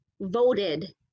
voted